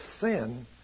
sin